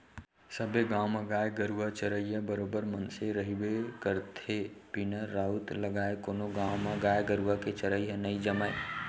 सबे गाँव म गाय गरुवा चरइया बरोबर मनसे रहिबे करथे बिना राउत लगाय कोनो गाँव म गाय गरुवा के चरई ह नई जमय